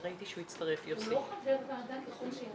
אלא אם כן הדיון יהיה עד כדי כך סוער שנצטרך עוד כמה דקות.